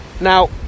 Now